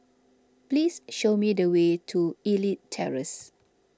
please show me the way to Elite Terrace